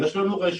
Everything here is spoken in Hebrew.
יש לנו רשת,